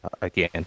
again